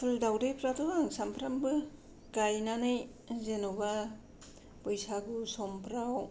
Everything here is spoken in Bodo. फुल दावदैफ्राथ'' आं सानफ्रोमबो गायनानै जेनेबा बैसागु समफ्राव